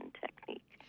technique